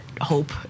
Hope